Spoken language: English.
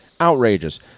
Outrageous